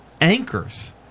anchors